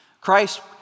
Christ